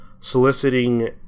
soliciting